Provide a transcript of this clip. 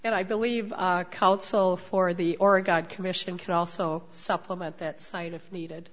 and i believe counsel for the oregon commission can also supplement that site if needed